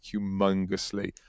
humongously